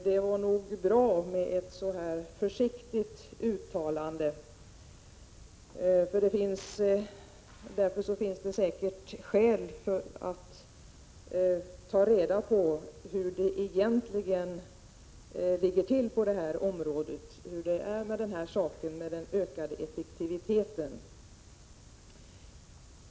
Det var nog bra med ett så här försiktigt uttalande, eftersom det säkert finns skäl att ta reda på hur det egentligen ligger till på detta område och hur det är med den ökade effektiviteten.